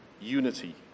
unity